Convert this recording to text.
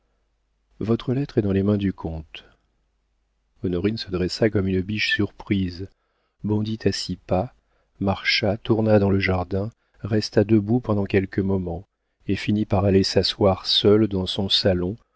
votre lettre est dans les mains du comte honorine se dressa comme une biche surprise bondit à six pas marcha tourna dans le jardin resta debout pendant quelques moments et finit par aller s'asseoir seule dans son salon